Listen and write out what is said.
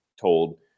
told